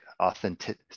authentic